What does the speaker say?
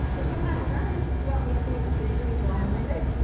but sometimes in art it's just about making a decision and going with it.